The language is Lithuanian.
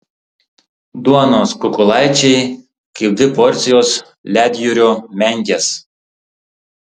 duonos kukulaičiai kaip dvi porcijos ledjūrio menkės